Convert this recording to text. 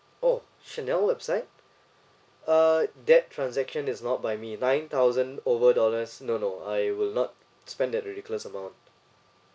oh CHANEL website uh that transaction is not by me nine thousand over dollars no no I will not spend that ridiculous amount